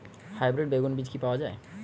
Hybrid বেগুন বীজ কি পাওয়া য়ায়?